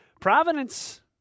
Providence